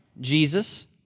Jesus